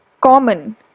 common